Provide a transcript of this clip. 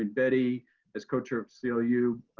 and betty as co chair of seal you,